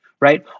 right